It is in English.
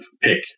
pick